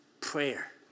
Prayer